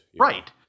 right